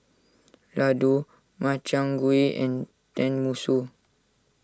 Ladoo Makchang Gui and Tenmusu